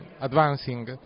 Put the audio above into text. advancing